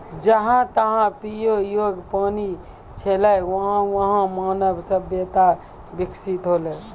जहां जहां पियै योग्य पानी छलै वहां वहां मानव सभ्यता बिकसित हौलै